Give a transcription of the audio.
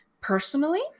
personally